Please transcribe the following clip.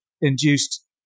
induced